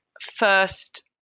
first